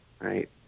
Right